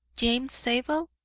james zabel?